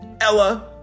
ella